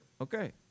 Okay